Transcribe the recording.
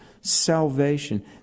Salvation